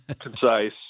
concise